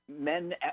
Men